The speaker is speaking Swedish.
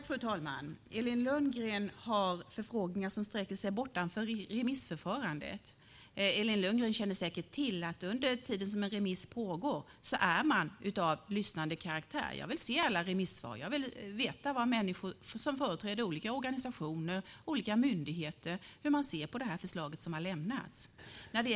Fru talman! Elin Lundgren har förfrågningar som sträcker sig bortanför remissförfarandet. Elin Lundgren känner säkert till att man under tiden då en remiss pågår är av lyssnande karaktär. Jag vill se alla remissvar. Jag vill veta hur människor som företräder olika organisationer och myndigheter ser på det förslag som har lämnats.